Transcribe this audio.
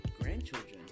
grandchildren